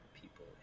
people